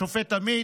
השופט עמית,